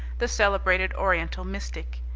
the celebrated oriental mystic.